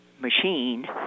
machine